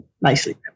Nicely